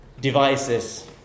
devices